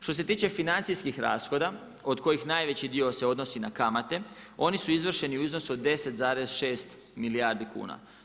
Što se tiče financijskih rashoda od kojih najveći dio se odnosi na kamate, oni su izvršeni u iznosu od 10,6 milijardi kuna.